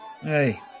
Hey